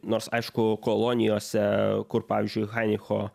nors aišku kolonijose kur pavyzdžiui heinricho